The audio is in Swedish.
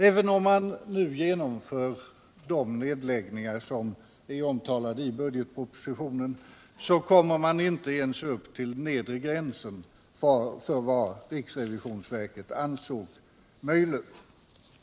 Även om man nu genomför de nedläggningar som är omtalade i budgetpropositionen kommer man inte ens upp till nedre gränsen för vad riksrevisionsverket ansett möjligt.